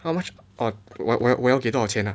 how much oh 我要我要我要给多少钱 ah